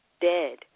dead